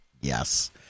Yes